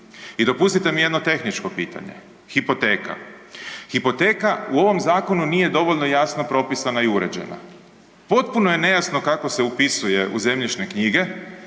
I dopustite mi jedno tehničko pitanje. Hipoteka. Hipoteka u ovom zakonu nije dovoljno jasno propisana i uređena. Potpuno je nejasno kako se upisuje u zemljišne knjige,